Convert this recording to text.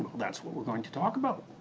that's what we're going to talk about.